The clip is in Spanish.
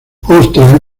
otra